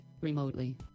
remotely